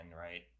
Right